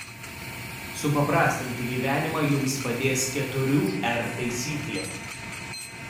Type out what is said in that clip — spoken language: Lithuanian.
supaprastinti gyvenimą jums padės keturių r taisyklė